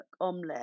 Omelette